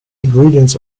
ingredients